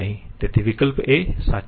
તેથી વિકલ્પ a સાચો નથી